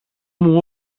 μου